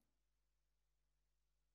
(הישיבה נפסקה בשעה 18:20,